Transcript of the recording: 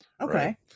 Okay